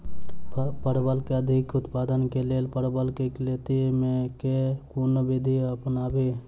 परवल केँ अधिक उत्पादन केँ लेल परवल केँ लती मे केँ कुन विधि अपनाबी?